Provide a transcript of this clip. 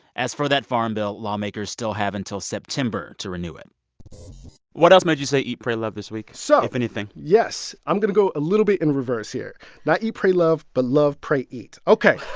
as for that farm bill, lawmakers still have until september to renew it what else made you say eat, pray, love this week. so. if anything? yes. i'm going to go a little bit in reverse here now not eat, pray, love but love, pray, eat. ok.